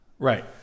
Right